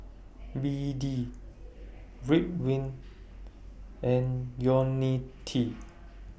B D Ridwind and Ionil T